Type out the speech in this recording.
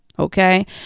Okay